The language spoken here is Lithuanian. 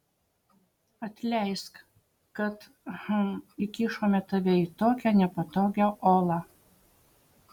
atleisk kad hm įkišome tave į tokią nepatogią olą